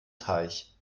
teich